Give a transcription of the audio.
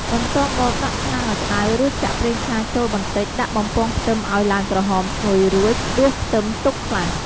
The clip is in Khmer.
បន្ទាប់មកដាក់ឆ្នាំងឱ្យក្តៅរួចចាក់ប្រេងឆាចូលបន្តិចដាក់បំពងខ្ទឹមឱ្យឡើងក្រហមឈ្ងុយរួច ដួសខ្ទឹមទុកខ្លះ។